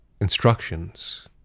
instructions